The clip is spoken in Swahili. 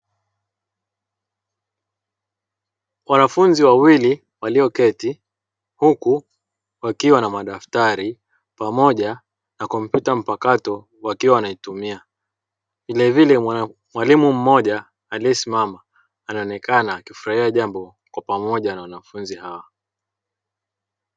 Wanafunzi wawili walioketi huku wakiwa na madaftari pamoja na kompyuta mpakato wakiwa wanaitumia, vilevile mwalimu mmoja aliyesimama anaonekana akifurahia jambo kwa pamoja na wanafunzi hao.